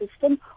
system